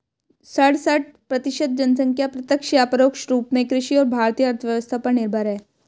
सड़सठ प्रतिसत जनसंख्या प्रत्यक्ष या परोक्ष रूप में कृषि और भारतीय अर्थव्यवस्था पर निर्भर है